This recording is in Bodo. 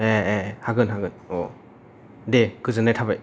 ए ए हागोन हागोन अ दे गोजोननाय थाबाय